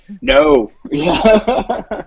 No